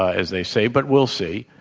as they say, but we'll see.